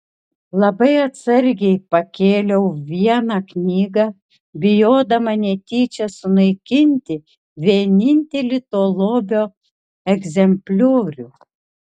labai atsargiai pakėliau vieną knygą bijodama netyčia sunaikinti vienintelį to lobio egzempliorių